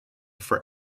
for